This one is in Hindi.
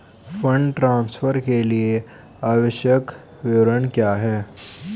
फंड ट्रांसफर के लिए आवश्यक विवरण क्या हैं?